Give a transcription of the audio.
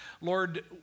Lord